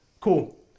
Cool